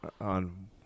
on